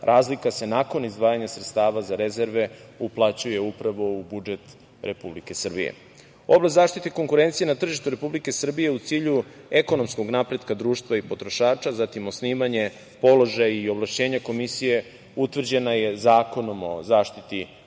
razlika se nakon izdvajanja sredstava za rezerve uplaćuje u budžet Republike Srbije. Oblast zaštite konkurencije na tržištu Republike Srbije u cilju ekonomskog napretka društva i potrošača, zatim osnivanje položaja i ovlašćenja Komisije utvrđena je Zakonom o zaštiti konkurencije.